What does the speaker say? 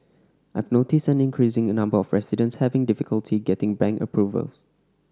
I've noticed an increasing number of residents having difficulty getting bank approvals